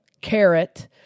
carrot